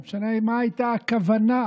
משנה מה הייתה הכוונה,